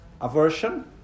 Aversion